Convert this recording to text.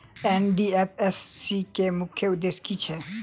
NDFSC केँ मुख्य उद्देश्य की छैक?